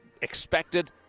expected